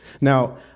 Now